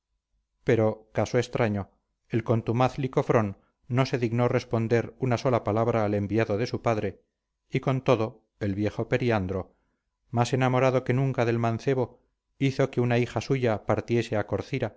pero caso extraño el contumaz licofrón no se dignó responder una sola palabra al enviado de su padre y con todo el viejo periandro más enamorado que nunca del mancebo hizo que una hija suya partiese a